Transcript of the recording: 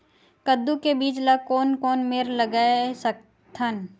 कददू के बीज ला कोन कोन मेर लगय सकथन?